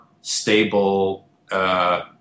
stable